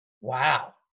Wow